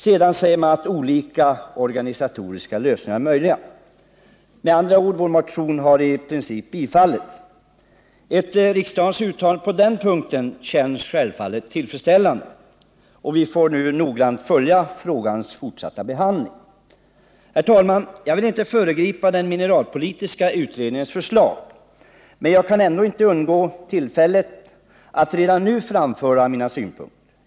Sedan säger man att olika organisatoriska lösningar är möjliga. Med andra ord: Vår motion har i princip bifallits. Ett riksdagens uttalande på denna punkt känns självfallet tillfredsställande. Vi får nu noggrant följa frågans fortsatta behandling. Herr talman! Jag vill inte föregripa den mineralpolitiska utredningens förslag. Men jag kan ändå inte undgå att ta tillfället i akt att redan nu framföra mina synpunkter.